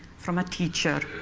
from a teacher.